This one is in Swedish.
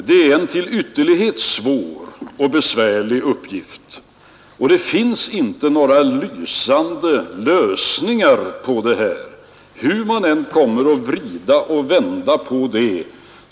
Det är en till ytterlighet svår och besvärlig uppgift, och det finns inte några lysande lösningar på problemet, hur man än vrider och vänder på det.